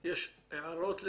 יש הערות ל-3?